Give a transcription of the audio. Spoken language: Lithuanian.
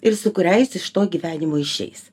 ir su kuria jis iš to gyvenimo išeis